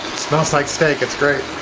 smells like steak, it's great.